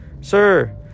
Sir